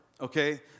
okay